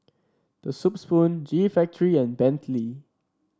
The Soup Spoon G Factory and Bentley